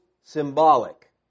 symbolic